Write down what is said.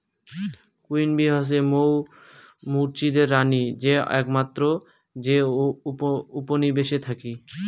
queen bee হসে মৌ মুচিদের রানী যে আকমাত্র যে উপনিবেশে থাকি